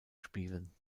spielen